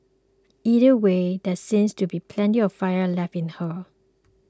either way there seems to be plenty of fire left in her